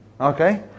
Okay